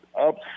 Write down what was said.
up